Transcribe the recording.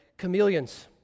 Chameleons